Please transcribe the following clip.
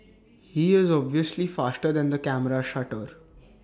he is obviously faster than the camera's shutter